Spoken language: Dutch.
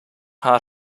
haar